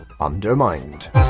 undermined